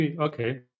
okay